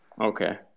Okay